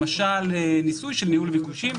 למשל ניסוי של ניהול ביקושים,